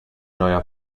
neuer